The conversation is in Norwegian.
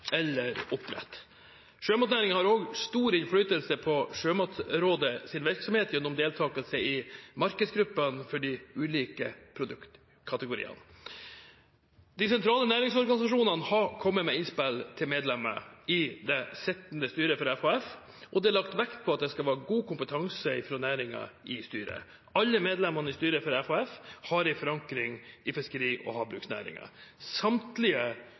eller oppdrett. Sjømatnæringen har også stor innflytelse på Sjømatrådets virksomhet gjennom deltakelse i markedsgruppene for de ulike produktkategoriene. De sentrale næringsorganisasjonene har kommet med innspill til medlemmer i det sittende styret for FHF, og det er lagt vekt på at det skal være god kompetanse fra næringen i styret. Alle medlemmene i styret for FHF har en forankring i fiskeri- og havbruksnæringen. Samtlige